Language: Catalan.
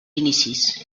inicis